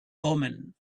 omen